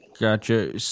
gotcha